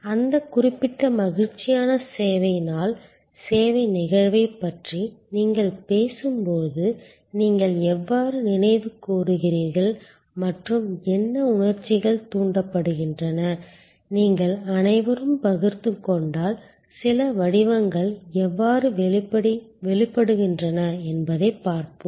அந்த குறிப்பிட்ட மகிழ்ச்சியான சேவை நாள் சேவை நிகழ்வைப் பற்றி நீங்கள் பேசும் போது நீங்கள் எவ்வாறு நினைவுகூருகிறீர்கள் மற்றும் என்ன உணர்ச்சிகள் தூண்டப்படுகின்றன நீங்கள் அனைவரும் பகிர்ந்து கொண்டால் சில வடிவங்கள் எவ்வாறு வெளிப்படுகின்றன என்பதைப் பார்ப்போம்